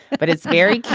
but it's very cute.